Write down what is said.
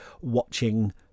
watching